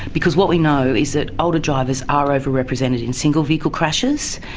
because what we know is that older drivers are over-represented in single-vehicle crashes,